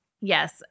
yes